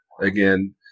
again